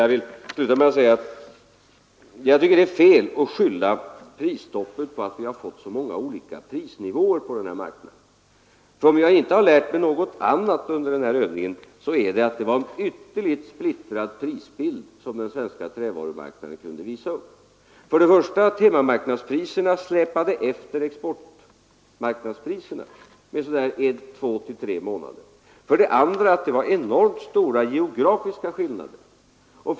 Jag vill sluta med att säga att jag tycker att det är fel att skylla prisstoppet för att vi har fått så många olika prisnivåer på den här marknaden. Om jag inte har lärt mig något annat under den här övningen så har jag ändå lärt mig att den svenska trävarumarknaden kunde visa upp en ytterligt splittrad prisbild. För det första släpade timmerprismarknaden efter exportmarknadspriserna med mellan en och tre månader. För det andra var det enormt stora geografiska skillnader i priserna.